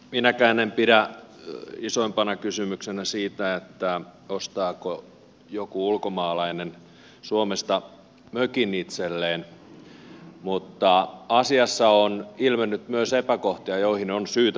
minäkään en pidä isoimpana kysymyksenä sitä ostaako joku ulkomaalainen suomesta mökin itselleen mutta asiassa on ilmennyt myös epäkohtia joihin on syytä puuttua